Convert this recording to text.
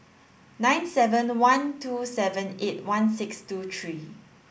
nine seven one two seven eight one six two three